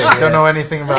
don't know anything